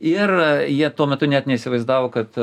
ir jie tuo metu net neįsivaizdavo kad